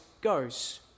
goes